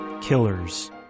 killers